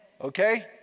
Okay